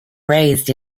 raised